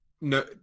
no